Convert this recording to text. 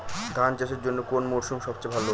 ধান চাষের জন্যে কোন মরশুম সবচেয়ে ভালো?